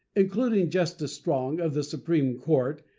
including justice strong, of the supreme court,